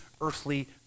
earthly